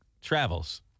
travels